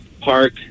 park